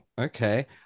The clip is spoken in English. Okay